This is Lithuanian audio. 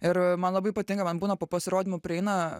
ir man labai patinka man būna po pasirodymų prieina